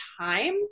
time